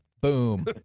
Boom